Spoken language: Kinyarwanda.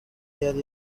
yari